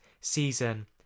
season